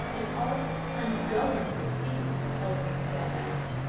an awful, ungovernable fear, held me spellbound.